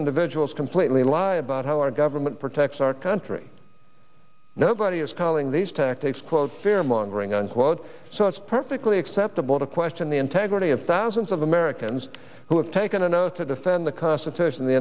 individuals completely lie about how our government protects our country nobody is calling these tactics quote fear mongering unquote so it's perfectly acceptable to question the integrity of thousands of americans who have taken an oath to defend the constitution the